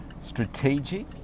strategic